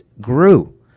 grew